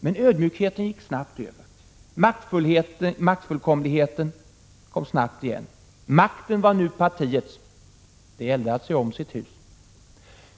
Men ödmjukheten gick snabbt över. Maktfullkomligheten kom snabbt igen. Makten var nu partiets, det gällde att se om sitt hus.